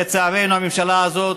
לצערנו, הממשלה הזאת,